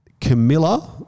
Camilla